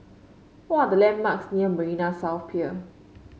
what are the landmarks near Marina South Pier